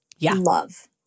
love